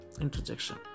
interjection